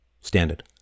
standard